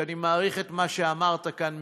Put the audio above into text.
ואני מעריך מאוד את מה שאמרת כאן,